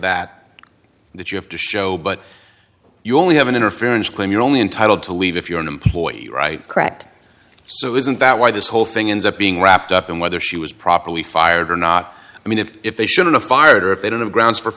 that you have to show but you only have an interference claim you're only intitled to leave if you're an employee right correct so isn't that why this whole thing ends up being wrapped up in whether she was properly fired or not i mean if they sent in a fire if they don't have grounds for